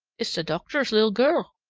it's the docthor's little gurrl.